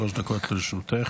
בבקשה, שלוש דקות לרשותך.